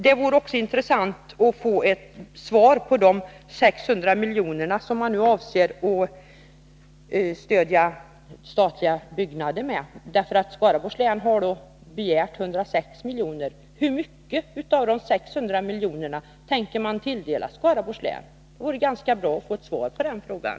Det vore också intressant att få ett besked om de 600 milj.kr. som man nu avser att stödja statliga byggnader med. Skaraborgs län har begärt 106 milj.kr. Hur mycket av de 600 miljonerna tänker man tilldela Skaraborgs län? Det vore ganska bra att få ett svar på den frågan.